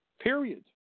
period